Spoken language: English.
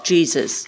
Jesus